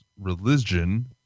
religion